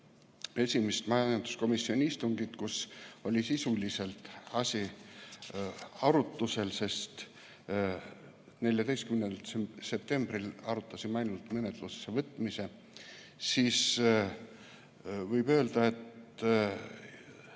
esimest majanduskomisjoni istungit, kus oli sisuliselt asi arutusel – 14. septembril me arutasime ainult menetlusse võtmist –, siis võib öelda, et